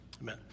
Amen